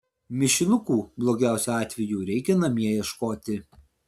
mišinukų blogiausiu atveju reikia namie ieškoti